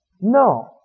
No